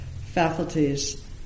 faculties